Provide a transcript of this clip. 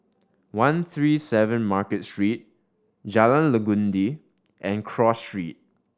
One Three Seven Market Street Jalan Legundi and Cross Street